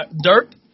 Dirt